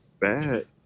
bad